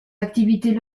activités